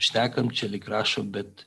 šnekam čia lyg rašom bet